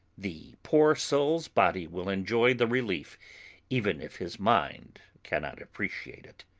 the poor soul's body will enjoy the relief even if his mind cannot appreciate it.